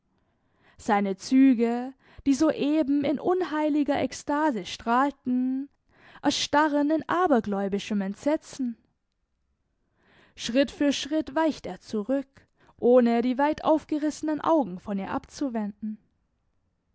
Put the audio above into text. seine züge die soeben in unheiliger ekstase strahlten erstarren in abergläubischem entsetzen schritt für schritt weicht er zurück ohne die weit aufgerissenen augen von ihr abzuwenden